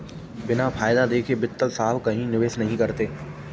बिना फायदा देखे मित्तल साहब कहीं निवेश नहीं करते हैं